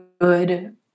good